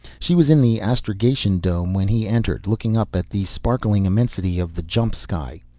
she was in the astrogation dome when he entered, looking up at the sparkling immensity of the jump sky.